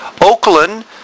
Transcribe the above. Oakland